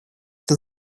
это